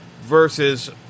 versus